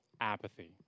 Apathy